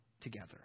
together